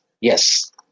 Yes